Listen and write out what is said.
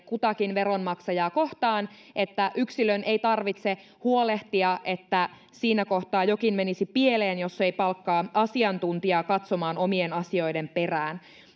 kutakin veronmaksajaa kohtaan niin että yksilön ei tarvitse huolehtia että siinä kohtaa jokin menisi pieleen jos ei palkkaa asiantuntijaa katsomaan omien asioidensa perään